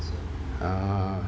orh